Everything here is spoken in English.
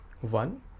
One